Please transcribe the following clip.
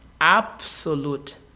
absolute